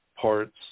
parts